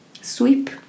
sweep